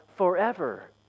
forever